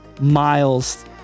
miles